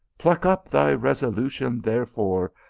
pluck up thy resolution, therefore,